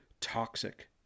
toxic